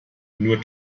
nur